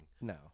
No